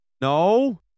No